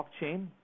blockchain